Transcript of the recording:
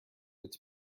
its